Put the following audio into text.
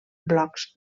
blocs